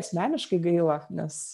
asmeniškai gaila nes